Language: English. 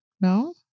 no